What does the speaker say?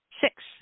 Six